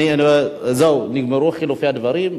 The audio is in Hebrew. זהו, נגמרו חילופי הדברים.